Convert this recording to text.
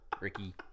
Ricky